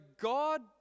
God